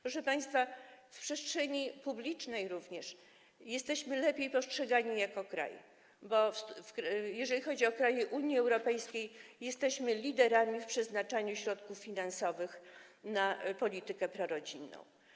Proszę państwa, również w przestrzeni publicznej jesteśmy lepiej postrzegani jako kraj, bo jeżeli chodzi o kraje Unii Europejskiej, jesteśmy liderami w zakresie przeznaczania środków finansowych na politykę prorodzinną.